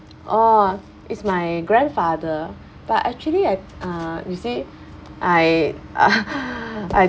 oh it's my grandfather but actually I uh you see I I